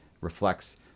reflects